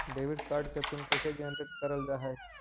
Debit card के pin कैसे generate करल जाहै?